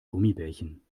gummibärchen